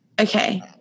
okay